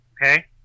Okay